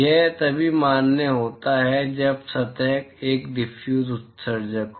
यह तभी मान्य होता है जब सतह एक डिफ्यूज उत्सर्जक हो